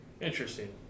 Interesting